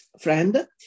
friend